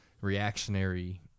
reactionary